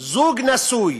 זוג נשוי,